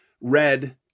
red